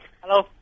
Hello